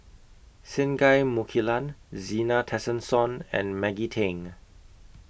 Singai Mukilan Zena Tessensohn and Maggie Teng